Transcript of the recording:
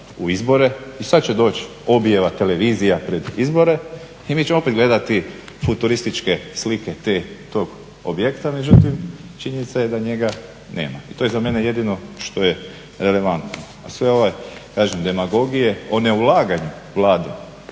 u izbore i sada će doći objava televizija pred izbore i mi ćemo opet gledati futurističke slike tog objekta međutim činjenica je da njega nema. To je za mene jedino što je relevantno, a sve ove demagogije o neulaganju Vlade